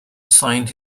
signed